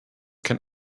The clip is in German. kein